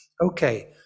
Okay